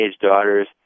daughters